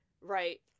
right